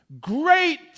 Great